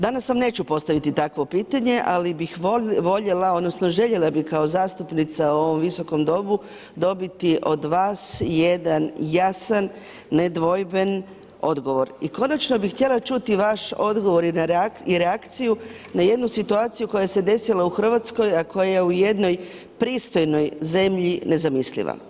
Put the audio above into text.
Danas vam neću postaviti takvo pitanje ali bih voljela odnosno željela bi kao zastupnica u ovom Visokom domu, dobiti od vas jedan jasan, nedvojben odgovor i konačno bi htjela čuti vaš odgovor i reakciju na jednu situaciju koja se desila u Hrvatskoj a koja je u jednoj pristojnoj zemlji nezamisliva.